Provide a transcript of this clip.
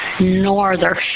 norther